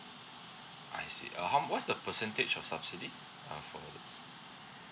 I see uh how m~ what's the percentage of subsidy uh for this